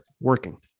working